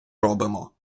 робимо